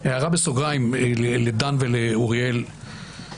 הערה לדן ולאוריאל, בדיעבד,